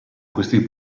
questi